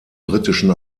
britischen